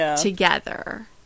together